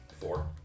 Four